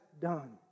done